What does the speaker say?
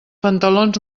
pantalons